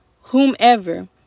whomever